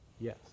Yes